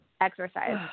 exercise